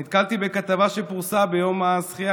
נתקלתי בכתבה שפורסמה ביום הזכייה,